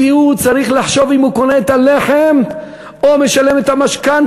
כי הוא צריך לחשוב אם הוא קונה את הלחם או משלם את המשכנתה,